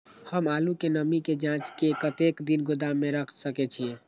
हम आलू के नमी के जाँच के कतेक दिन गोदाम में रख सके छीए?